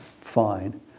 fine